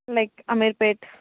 like Ameerpet